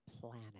planet